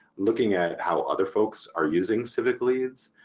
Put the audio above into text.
looking at how other folks are using civicleads.